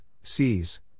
sees